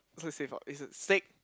not say face ah is a stake